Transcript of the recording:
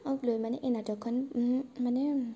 লৈ মানে এই নাটকখন মানে